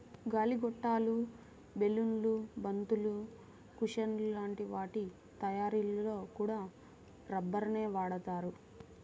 గాలి గొట్టాలు, బెలూన్లు, బంతులు, కుషన్ల లాంటి వాటి తయ్యారీలో కూడా రబ్బరునే వాడతారు